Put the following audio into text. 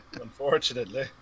Unfortunately